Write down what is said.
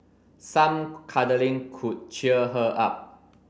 some cuddling could cheer her up